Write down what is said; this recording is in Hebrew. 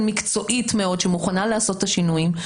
מקצועית מאוד שמוכנה לעשות את השינויים,